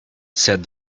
said